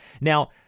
now